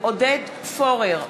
עודד פורר,